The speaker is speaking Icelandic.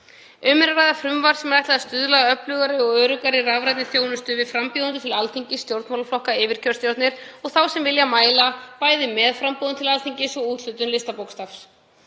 Um er að ræða frumvarp sem er ætlað að stuðla að öflugri og öruggari rafrænni þjónustu við frambjóðendur til Alþingis, stjórnmálaflokka, yfirkjörstjórnir og þá sem vilja mæla bæði með framboðum til Alþingis og úthlutun listabókstafs.